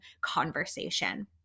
conversation